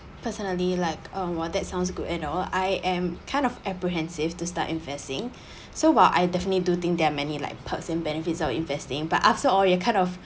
personally like uh !wah! that sounds good and all I am kind of apprehensive to start investing so while I definitely do think there are many like perks and benefits of investing but after all you kind off